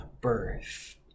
birth